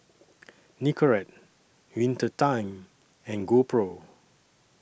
Nicorette Winter Time and GoPro